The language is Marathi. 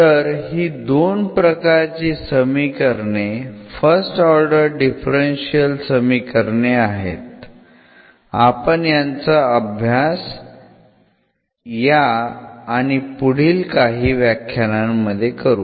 तर ही दोन प्रकारची समीकरणे फर्स्ट ऑर्डर डिफरन्शियल समीकरणे आहेत आपण यांचा अभ्यास या आणि पुढील काही व्याख्यानांमध्ये करू